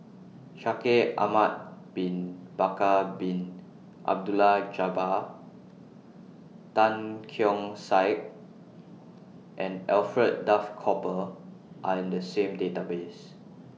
Shaikh Ahmad Bin Bakar Bin Abdullah Jabbar Tan Keong Saik and Alfred Duff Cooper Are in The same Database